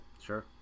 Sure